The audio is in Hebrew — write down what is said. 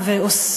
שבאה ועושה,